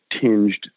tinged